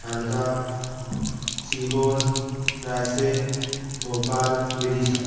Harda Sehore Raisen Bhopal Vidisha